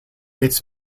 its